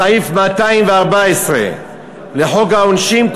בסעיף 214 לחוק העונשין,